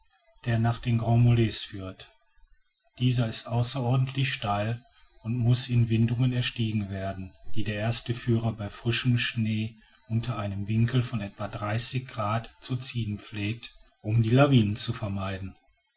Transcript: der nach den grands mulets führt dieser ist außerordentlich steil und muß in windungen erstiegen werden die der erste führer bei frischem schnee unter einem winkel von etwa dreißig grad zu ziehen pflegt um die lawinen zu vermeiden